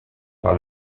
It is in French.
par